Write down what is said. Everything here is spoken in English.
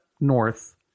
north